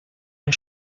mir